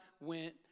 went